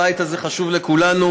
הבית הזה חשוב לכולנו,